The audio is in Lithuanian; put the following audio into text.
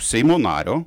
seimo nario